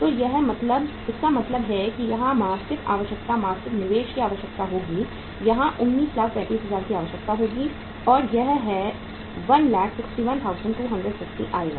तो इसका मतलब है कि यहाँ मासिक आवश्यकता मासिक निवेश की आवश्यकता होगी यहाँ 1935000 की आवश्यकता होगी और यह 161250 आएगा